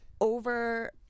over